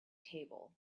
table